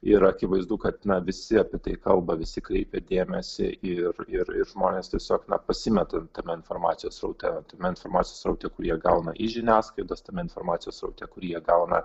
ir akivaizdu kad na visi apie tai kalba visi kreipia dėmesį ir ir ir žmonės tiesiog na pasimeta tame informacijos sraute tame informacijos sraute kurį jie gauna iš žiniasklaidos tame informacijos sraute kurį jie gauna